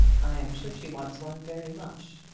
i am sure she wants one very much.